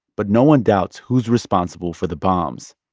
but no one doubts who's responsible for the bombs.